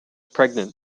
pregnant